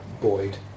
Boyd